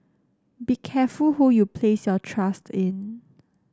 be careful who you place your trust in